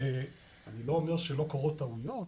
ואני לא אומר שלא קורות טעויות,